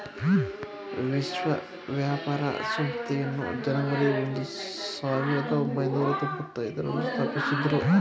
ವಿಶ್ವ ವ್ಯಾಪಾರ ಸಂಸ್ಥೆಯನ್ನು ಜನವರಿ ಒಂದು ಸಾವಿರದ ಒಂಬೈನೂರ ತೊಂಭತ್ತೈದು ರಂದು ಸ್ಥಾಪಿಸಿದ್ದ್ರು